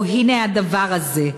או "הנה הדבר הזה".